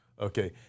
okay